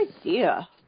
idea